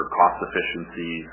cost-efficiency